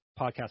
podcast